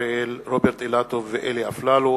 הכללת תרופות